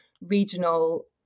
regional